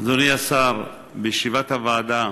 אדוני השר, בישיבת הוועדה,